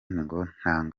ngaruka